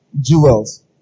jewels